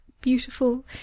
beautiful